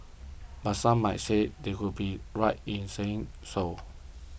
but some might say they would be right in saying so